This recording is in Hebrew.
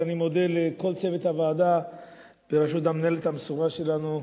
מודה לכל צוות הוועדה בראשות המנהלת המסורה שלנו,